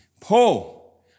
Paul